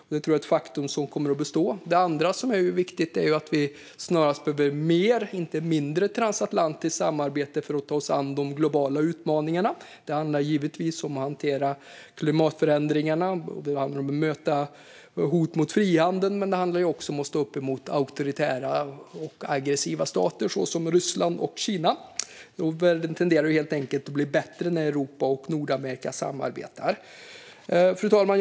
Det tror jag är ett faktum som kommer att bestå. En annan sak som är viktig är vi snarast behöver mer och inte mindre transatlantiskt samarbete för att ta oss an de globala utmaningarna. Det handlar givetvis om att hantera klimatförändringarna och om att möta hot mot frihandeln men också om att stå upp mot auktoritära och aggressiva stater som Ryssland och Kina. Världen tenderar helt enkelt att bli bättre när Europa och Nordamerika samarbetar. Fru talman!